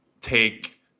take